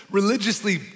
religiously